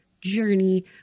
journey